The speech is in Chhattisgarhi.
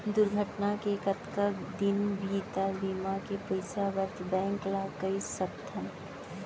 दुर्घटना के कतका दिन भीतर बीमा के पइसा बर बैंक ल कई सकथन?